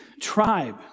tribe